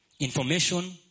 Information